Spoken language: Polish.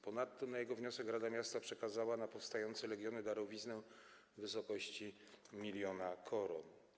Ponadto na jego wniosek rada miasta przekazała na powstające legiony darowiznę w wysokości 1 mln koron.